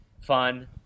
fun